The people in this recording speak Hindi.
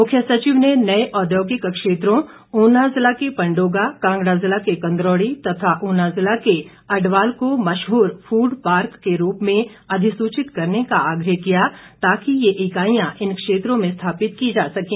मुख्य सचिव ने नए औद्योगिक क्षेत्रों ऊना जिला के पंडोगा कांगड़ा जिला के कंदरौड़ी तथा सोलन जिला के अडवाल को मशहूर फूड पार्क के रूप में अधिसूचित करने का आग्रह किया ताकि ये इकाईयां इन क्षेत्रों में स्थापित की जा सकें